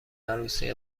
عروسی